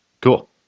Cool